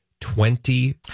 Twenty